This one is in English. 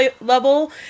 level